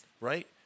right